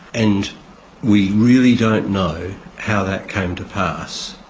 and we really don't know how that came to pass,